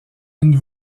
une